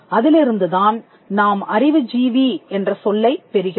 அதிலிருந்துதான் நாம் அறிவுஜீவி என்ற சொல்லைப் பெறுகிறோம்